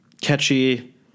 catchy